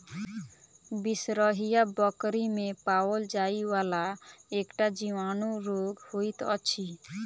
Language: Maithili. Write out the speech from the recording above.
बिसरहिया बकरी मे पाओल जाइ वला एकटा जीवाणु रोग होइत अछि